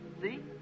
see